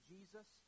Jesus